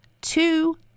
two